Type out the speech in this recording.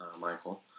Michael